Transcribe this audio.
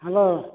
hello